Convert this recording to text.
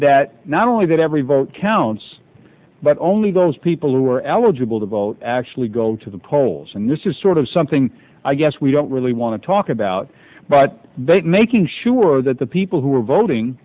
that not only that every vote counts but only those people who are eligible to vote actually go to the polls and this is sort of something i guess we don't really want to talk about but they making sure that the people who are voting